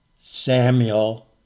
Samuel